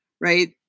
right